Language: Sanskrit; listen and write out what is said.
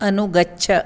अनुगच्छ